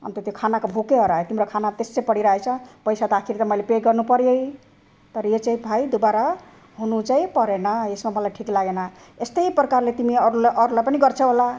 अन्त त्यो खानाको भोकै हरायो तिम्रो खाना त्यसै पडिरहेको छ पैसा त आखिरी त मैले पे गर्नु पऱ्यो नै तर यो चाहिँ भाइ दुबारा हुनु चाहिँ परेन यसमा मलाई ठिक लागेन यस्तै प्रकारले तिमी अरूलाई अरूलाई पनि गर्छौ होला